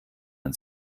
man